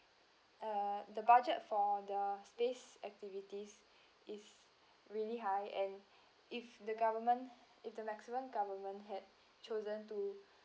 uh the budget for the space activities is really high and if the government if the mexican government had chosen to